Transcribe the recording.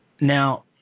Now